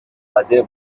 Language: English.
father